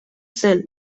zen